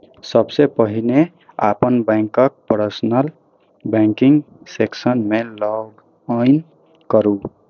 सबसं पहिने अपन बैंकक पर्सनल बैंकिंग सेक्शन मे लॉग इन करू